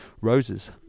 Roses